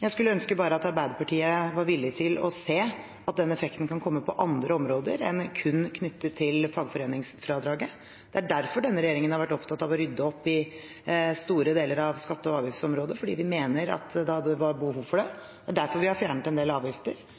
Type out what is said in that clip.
Jeg skulle bare ønske at Arbeiderpartiet var villig til å se at den effekten kan komme på andre områder enn kun knyttet til fagforeningsfradraget. Det er derfor denne regjeringen har vært opptatt av å rydde opp i store deler av skatte- og avgiftsområdet – vi mente det var behov for det. Det er derfor vi har fjernet en del avgifter,